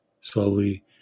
Slowly